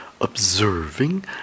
observing